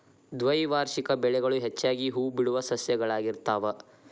ದ್ವೈವಾರ್ಷಿಕ ಬೆಳೆಗಳು ಹೆಚ್ಚಾಗಿ ಹೂಬಿಡುವ ಸಸ್ಯಗಳಾಗಿರ್ತಾವ